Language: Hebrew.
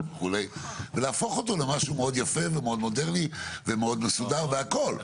וכו' ולהפוך אותו למשהו מאוד יפה ומאוד מודרני ומאוד מסודר והכול.